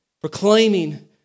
proclaiming